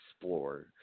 explore